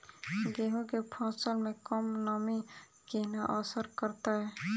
गेंहूँ केँ फसल मे कम नमी केना असर करतै?